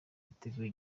yateguye